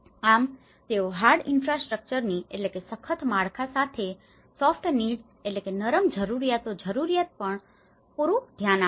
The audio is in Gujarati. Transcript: આમ તેઓ હાર્ડ ઇનફ્રાસ્ટ્રક્ચરની hard infrastructures સખત માળખાં સાથે સાથે જ સોફ્ટ નીડ્સની soft needs નરમ જરૂરિયાતો જરૂરિયાત પર પણ પૂરતું ધ્યાન આપે છે